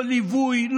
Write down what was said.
לא ליווי,